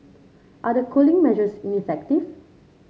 are the cooling measures ineffective